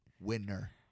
winner